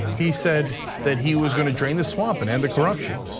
he said that he was gonna drain the swamp and end the corruption.